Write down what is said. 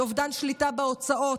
אובדן שליטה בהוצאות.